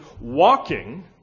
walking